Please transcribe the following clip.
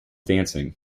dancing